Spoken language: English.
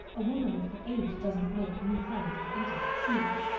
a woman of her age doesn't make new friends and interests easy.